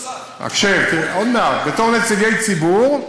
בתור נציגי ציבור,